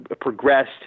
progressed